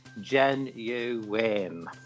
genuine